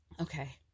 Okay